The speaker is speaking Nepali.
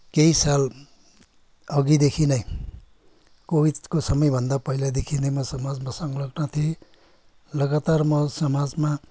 केही साल अघिदेखि नै कोभिडको समयभन्दा पहिलादेखि नै म समाजमा संलग्न थिएँ लगातार म समाजमा